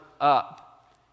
up